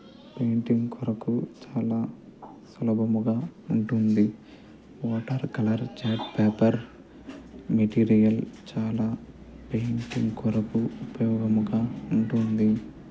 painting కొరకు చాలా సులభముగా ఉంటుంది water colour chart paper material చాలా పెయింటింగ్ కొరకు ఉపయోగముగా ఉంటుంది